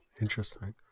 interesting